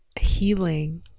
healing